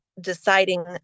deciding